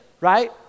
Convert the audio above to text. right